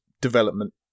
development